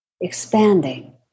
expanding